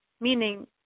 meaning